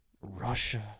Russia